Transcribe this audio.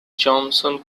johnson